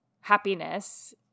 happiness